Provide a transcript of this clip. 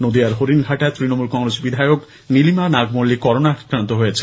নদীয়ার হরিণঘাটার তৃণমূল কংগ্রেস বিধায়ক নীলিমা নাগ মল্লিক করোনা আক্রান্ত হয়েছেন